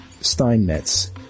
Steinmetz